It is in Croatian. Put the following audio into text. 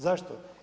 Zašto?